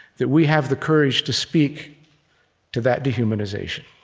that we have the courage to speak to that dehumanization.